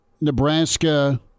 Nebraska –